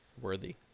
Worthy